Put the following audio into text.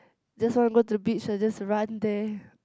just want to go to the beach I just run there